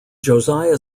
josiah